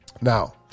Now